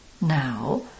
Now